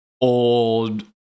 old